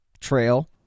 trail